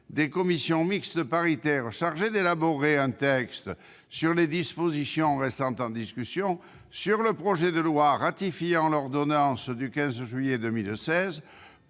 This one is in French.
des commissions mixtes paritaires chargées d'élaborer un texte sur les dispositions restant en discussion du projet de loi ratifiant l'ordonnance n° 2016-966 du 15 juillet 2016